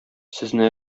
сезне